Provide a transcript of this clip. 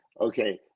Okay